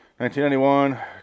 1991